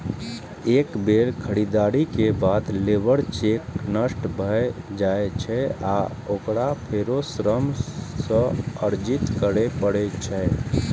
एक बेर खरीदारी के बाद लेबर चेक नष्ट भए जाइ छै आ ओकरा फेरो श्रम सँ अर्जित करै पड़ै छै